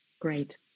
Great